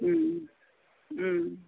उम उम